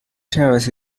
terrace